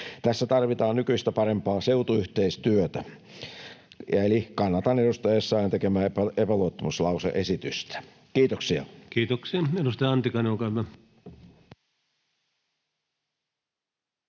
Tässä tarvitaan nykyistä parempaa seutuyhteistyötä. Eli kannatan edustaja Essayah’n tekemää epäluottamuslause-esitystä. — Kiitoksia. [Speech 121] Speaker: Ensimmäinen varapuhemies